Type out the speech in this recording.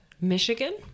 Michigan